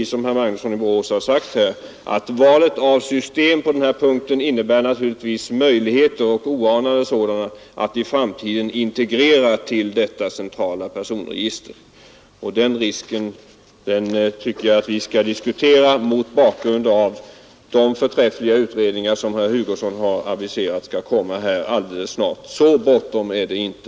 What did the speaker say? Som herr Magnusson i Borås har sagt innebär valet av system oanade möjligheter att i framtiden integrera uppgifter i detta centrala personregister. Den risken tycker jag att vi skall diskutera mot bakgrund av den förträffliga utredning som herr Hugosson har aviserat snart skall komma. Mer bråttom är det inte.